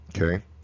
Okay